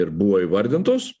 ir buvo įvardintos